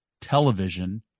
television